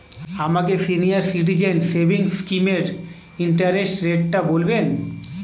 আমাকে senior citizen savings স্কিমের interest রেটটা বলবেন